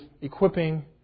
equipping